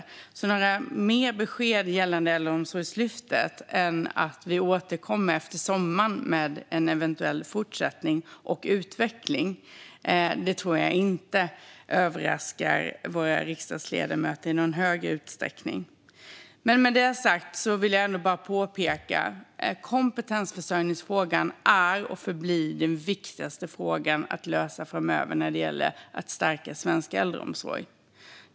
Att det inte blir några fler besked gällande Äldreomsorgslyftet än att vi återkommer efter sommaren med en eventuell fortsättning och utveckling tror jag alltså inte överraskar våra riksdagsledamöter i någon större utsträckning. Med detta sagt vill jag ändå påpeka att kompetensförsörjningsfrågan är och förblir den viktigaste frågan att lösa framöver när det gäller att stärka svensk äldreomsorg.